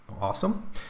awesome